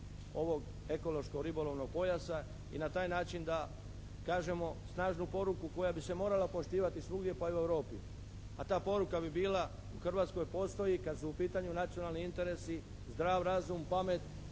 ovog ekološkog ribolovnog pojasa i na taj način da kažemo snažnu poruku koja bi se morala poštivati svugdje, pa i u Europi. A ta poruka bi bila u Hrvatskoj postoji kad su u pitanju nacionalni interesi, zdrav razum, pamet,